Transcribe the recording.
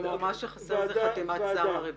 הוגש לחתימת שר הרווחה?